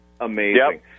amazing